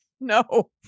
No